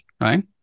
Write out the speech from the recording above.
right